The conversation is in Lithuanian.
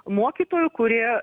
mokytojų kurie